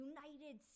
United